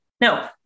No